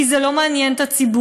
כי זה לא מעניין את הציבור,